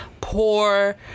poor